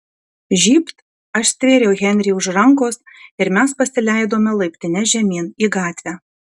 žybt aš stvėriau henrį už rankos ir mes pasileidome laiptine žemyn į gatvę